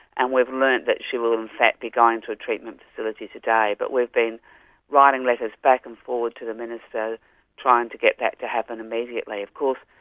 and we've learnt that she will in fact be going to a treatment facility today, but we've been writing letters back and forward to the minister trying to get that to happen immediately. of course,